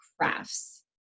crafts